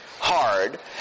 hard